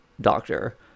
doctor